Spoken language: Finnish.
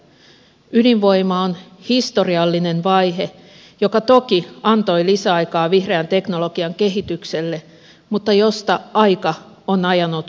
ydinvoima on historiallinen vaihe joka toki antoi lisäaikaa vihreän teknologian kehitykselle mutta josta aika on ajanut jo ohi